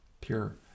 pure